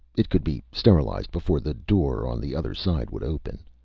it could be sterilized before the door on the other side would open,